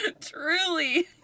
Truly